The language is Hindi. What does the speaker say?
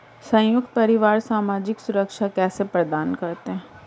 संयुक्त परिवार सामाजिक सुरक्षा कैसे प्रदान करते हैं?